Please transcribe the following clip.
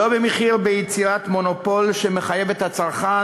ובמחיר יצירת מונופול שמחייב את הצרכן